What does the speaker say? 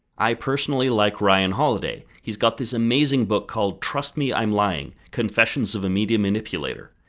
i personally like ryan holiday he's got this amazing book called trust me, i'm lying confessions of a media manipulator.